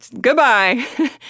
goodbye